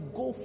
go